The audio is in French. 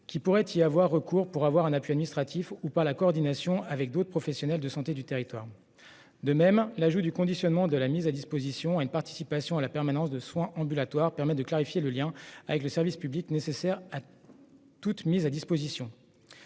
qui pourraient y avoir recours pour un appui administratif ou pour la coordination avec d'autres professionnels de santé du territoire. De même, conditionner la mise à disposition à une participation à la permanence des soins ambulatoires permet de clarifier le lien avec le service public nécessaire à toute mise à disposition.